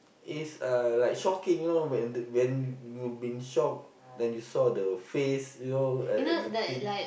is uh like shocking you know when the when you been shocked then you saw the face you know at at the thing